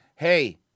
Hey